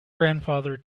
grandfather